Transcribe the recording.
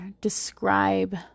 describe